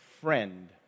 friend